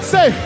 Say